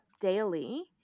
daily